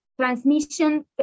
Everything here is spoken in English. transmission